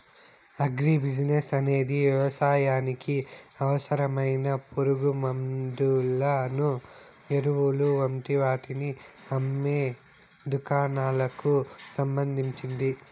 agri business అనేది వ్యవసాయానికి అవసరమైన పురుగుమండులను, ఎరువులు వంటి వాటిని అమ్మే దుకాణాలకు సంబంధించింది